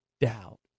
doubt